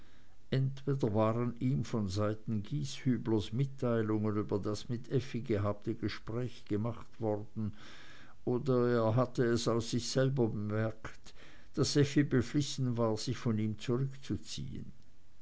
entweder waren ihm von seiten gieshüblers mitteilungen über das mit effi gehabte gespräch gemacht worden oder er hatte es auch aus sich selber bemerkt daß effi beflissen war sich von ihm zurückzuziehen